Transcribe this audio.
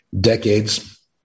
decades